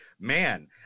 man